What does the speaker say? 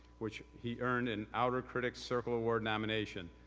which he earned an outer critics circle award nomination.